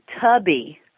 Tubby